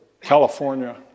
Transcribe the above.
California